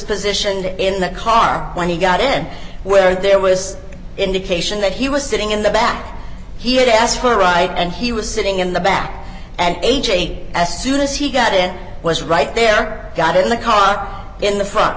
positioned in the car when he got in where there was indication that he was sitting in the back he had asked for right and he was sitting in the back and a j as soon as he got it was right there got in the car in the fro